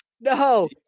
No